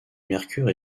mercure